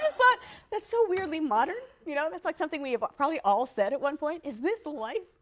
ah thought that's so weirdly modern. you know that's like something we have probably all said at one point is this life?